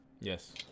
Yes